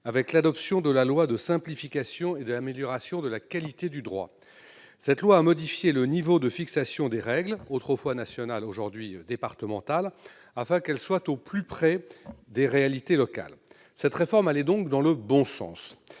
avec l'adoption de la loi de simplification et d'amélioration de la qualité du droit. Cette loi a modifié le niveau de fixation des règles- autrefois national, aujourd'hui départemental -, afin qu'elles soient au plus près des réalités locales. Cette réforme allait donc dans le bon sens.